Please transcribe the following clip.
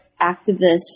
activists